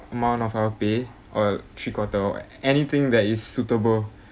amount of our pay or three quarter or anything that is suitable